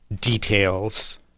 details